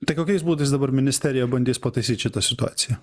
tai kokiais būdais dabar ministerija bandys pataisyt šitą situaciją